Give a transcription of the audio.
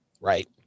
right